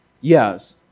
Yes